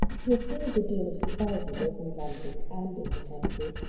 he had seen a good deal of society both in london and in the country,